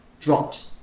dropped